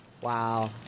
Wow